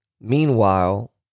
Meanwhile